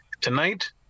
tonight